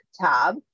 tab